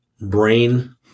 brain